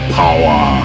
power